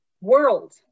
World